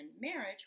marriage